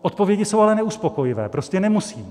Odpovědi jsou ale neuspokojivé prostě nemusí.